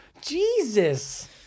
Jesus